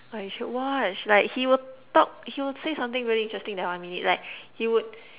ah you should watch like he will talk he will say something very interesting in that one minute like he would